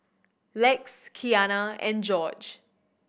Lex Keanna and Gorge